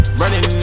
running